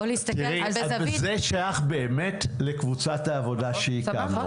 זה שייך באמת לקבוצת העבודה שהקמנו,